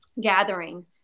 gathering